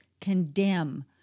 condemn